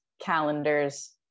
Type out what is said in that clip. calendars